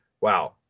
wow